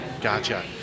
Gotcha